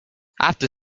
after